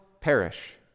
perish